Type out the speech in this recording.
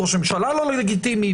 ראש הממשלה לא לגיטימי,